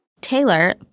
Taylor